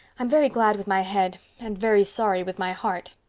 i'm very glad with my head. and very sorry with my heart.